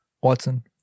Watson